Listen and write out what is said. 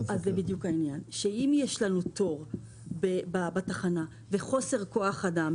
אם יש תור בתחנה וחוסר כוח אדם,